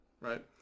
right